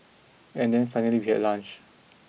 and then finally we had lunch